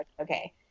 okay